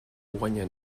guanya